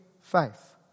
faith